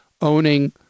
owning